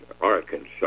Arkansas